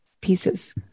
pieces